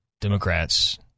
Democrats